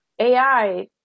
AI